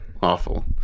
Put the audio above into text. awful